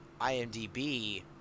IMDb